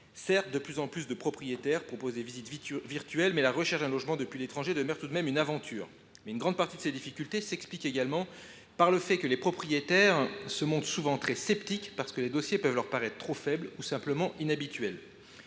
Certes, de plus en plus de propriétaires proposent des visites virtuelles, mais la recherche d’un logement depuis l’étranger reste tout de même une aventure. Toutefois, une grande partie de ces difficultés s’explique également par le fait que les propriétaires se montrent souvent très sceptiques, parce que les dossiers de ces candidats peuvent leur paraître trop faibles, ou simplement inhabituels.